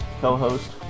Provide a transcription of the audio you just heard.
co-host